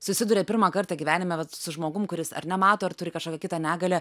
susiduria pirmą kartą gyvenime vat su žmogum kuris ar nemato ar turi kažkokią kitą negalią